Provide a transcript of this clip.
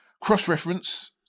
cross-reference